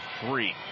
three